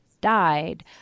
died